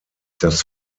das